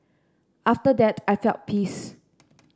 after that I felt peace